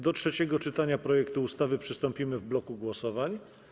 Do trzeciego czytania projektu ustawy przystąpimy w bloku głosowań.